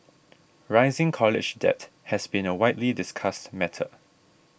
rising college debt has been a widely discussed matter